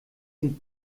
sind